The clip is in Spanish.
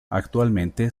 actualmente